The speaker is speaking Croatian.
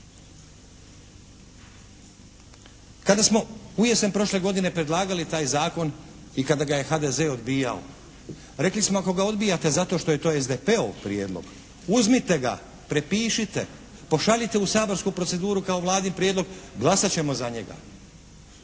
Kada smo ujesen prošle godine predlagali taj zakon i kada ga je HDZ odbijao, rekli smo: «Ako ga odbijate zato što je to SDP-ov prijedlog uzmite ga, prepišite. Pošaljite u saborsku proceduru kao Vladin prijedlog glasat ćemo za njega».